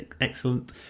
excellent